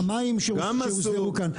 המים שהוזכרו כאן.